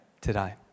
today